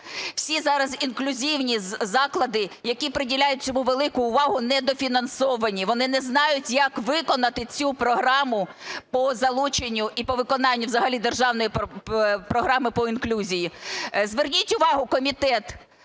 всі зараз інклюзивні заклади, які приділяють цьому велику увагу, недофінансовані, вони не знають як виконати цю програму по залученню і по виконанню взагалі державної програми по інклюзії. Зверніть увагу, комітет,